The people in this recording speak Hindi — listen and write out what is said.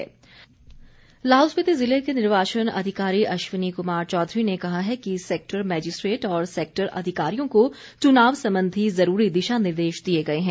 मंडी उपायुक्त लाहौल स्पीति जिले के जिला निर्वाचन अधिकारी अश्वनी कुमार चौधरी ने कहा है कि सेक्टर मैजिस्ट्रेट और सेक्टर अधिकारियों को चुनाव संबंधी जरूरी दिशा निर्देश दिए गए है